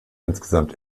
insgesamt